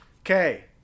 Okay